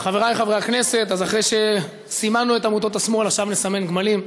אני מוסיף את חברת הכנסת אורלי לוי כתומכת,